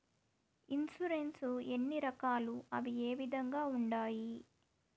insurance ఎన్ని రకాలు అవి ఏ విధంగా ఉండాయి